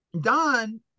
Don